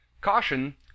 Caution